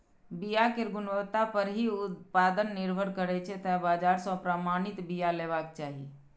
बिया केर गुणवत्ता पर ही उत्पादन निर्भर करै छै, तें बाजार सं प्रमाणित बिया लेबाक चाही